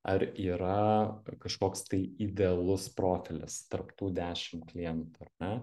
ar yra kažkoks tai idealus profilis tarp tų dešim klientų ar ne